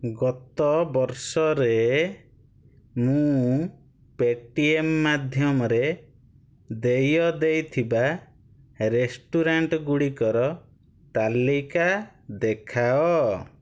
ଗତ ବର୍ଷ ରେ ମୁଁ ପେଟିଏମ୍ ମାଧ୍ୟମରେ ଦେୟ ଦେଇଥିବା ରେଷ୍ଟୁରାଣ୍ଟ୍ ଗୁଡ଼ିକର ତାଲିକା ଦେଖାଅ